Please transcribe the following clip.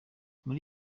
muri